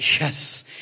yes